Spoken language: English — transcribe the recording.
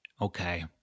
Okay